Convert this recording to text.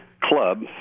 club